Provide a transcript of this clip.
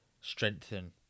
strengthen